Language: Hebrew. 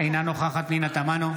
אינה נוכחת פנינה תמנו,